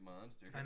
monster